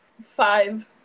Five